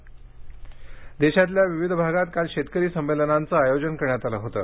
किसान संमेलन देशातल्या विविध भागात काल शेतकरी संमेलनांचं आयोजन करण्यात आलं होतं